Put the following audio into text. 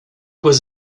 was